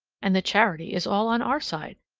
and the charity is all on our side.